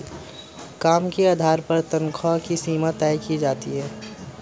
काम के आधार पर तन्ख्वाह की सीमा तय की जाती है